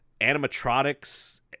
animatronics